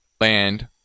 land